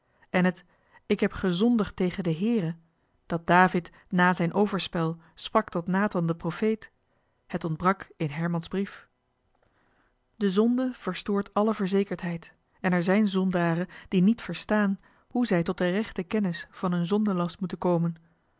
dorp het ik heb gezondigd tegen den heere dat david na zijn overspel sprak tot nathan den profeet het ontbrak in herman's brief de zonde verstoort alle ver zekerdheid en er zijn zondaren die niet verstaan hoe zij tot de rechte kermis van hun zondelast moeten komen